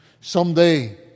Someday